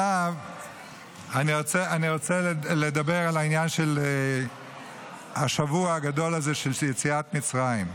אני רוצה לדבר על השבוע הגדול הזה של יציאת מצרים.